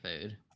food